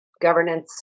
governance